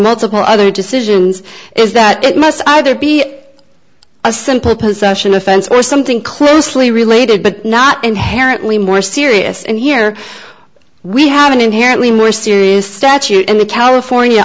multiple other decisions is that it must either be a simple possession offense or something closely related but not inherently more serious and here we have an inherently more serious statute in the california